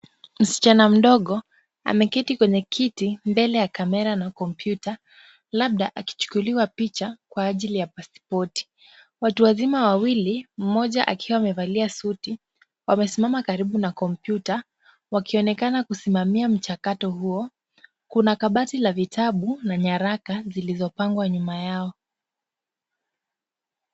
Msichana mdogo ameketi kwenye kiti mbele ya kamera na kompyuta labda akichukuliwa picha kwa ajili ya pasipoti. Watu wazima wawili mmoja akiwa amevalia suti wamesimama karibu ya kompyuta wakionekana kusimamia mchakato huo. Kuna kabati la vitabu na nyaraka iliyopangwa nyuma yao.